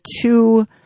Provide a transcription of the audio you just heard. two